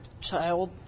child